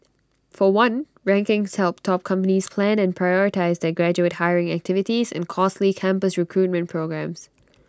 for one rankings help top companies plan and prioritise their graduate hiring activities and costly campus recruitment programmes